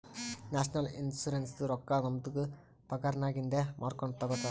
national ಇನ್ಶುರೆನ್ಸದು ರೊಕ್ಕಾ ನಮ್ದು ಪಗಾರನ್ನಾಗಿಂದೆ ಮೂರ್ಕೊಂಡು ತಗೊತಾರ್